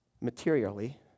materially